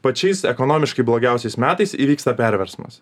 pačiais ekonomiškai blogiausiais metais įvyksta perversmas